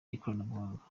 ikoranabuhanga